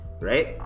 right